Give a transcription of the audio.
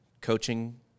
coaching